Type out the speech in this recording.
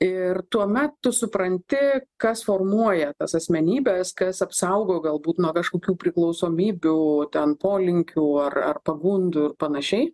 ir tuomet tu supranti kas formuoja tas asmenybes kas apsaugo galbūt nuo kažkokių priklausomybių ten polinkių ar ar pagundų ir panašiai